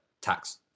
tax